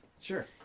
Sure